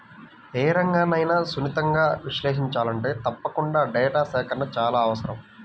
ఏ రంగన్నైనా సునిశితంగా విశ్లేషించాలంటే తప్పకుండా డేటా సేకరణ చాలా అవసరం